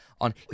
on